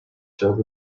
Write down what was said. filled